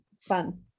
fun